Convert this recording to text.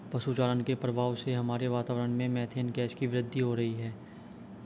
पशु चारण के प्रभाव से हमारे वातावरण में मेथेन गैस की वृद्धि हो रही है